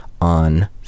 on